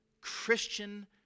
Christian